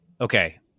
okay